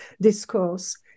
discourse